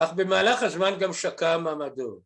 ‫אך במהלך הזמן גם שקע המעמדות.